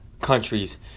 countries